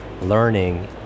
learning